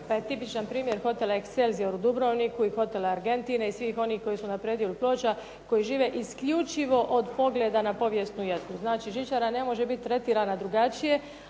pa je tipičan primjer hotela Excelsior u Dubrovniku i hotela Argentine i svih onih koji su na predjelu Ploča, koji žive isključivo od pogleda na povijesnu jezgru. Znači žičara ne može biti tretirana drugačije,